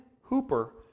Hooper